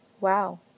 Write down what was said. wow